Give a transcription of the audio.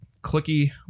clicky